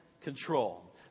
control